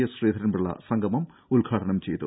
S Sreedharan Pillai സംഗമം ഉദ്ഘാടനം ചെയ്തു